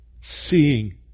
seeing